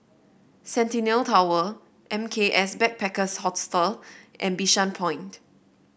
Centennial Tower M K S Backpackers Hostel and Bishan Point